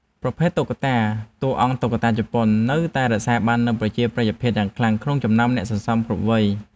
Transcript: ប្រភេទ តុក្កតាតួអង្គតុក្កតាជប៉ុន នៅតែរក្សាបាននូវប្រជាប្រិយភាពយ៉ាងខ្លាំងក្នុងចំណោមអ្នកសន្សំគ្រប់វ័យ។